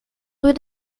rue